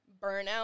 burnout